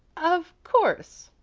of course,